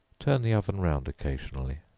turn the oven round occasionally.